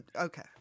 Okay